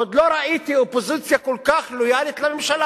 עוד לא ראיתי אופוזיציה כל כך לויאלית לממשלה,